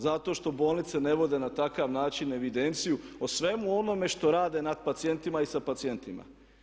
Zato što bolnice ne vode na takav način evidenciju o svemu onome što rade nad pacijentima i sa pacijentima.